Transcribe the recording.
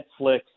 Netflix